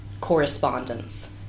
correspondence